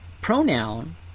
pronoun